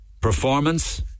performance